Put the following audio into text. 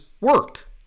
work